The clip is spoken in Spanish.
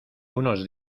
unos